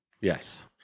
Yes